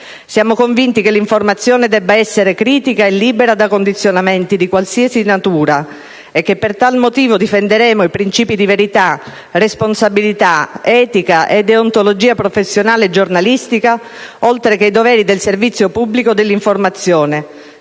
Siamo convinti che l'informazione debba essere critica e libera da condizionamenti di qualsiasi natura e per tale motivo difenderemo i principi di verità, responsabilità, etica e deontologia professionale giornalistica oltre che i doveri del servizio pubblico dell'informazione,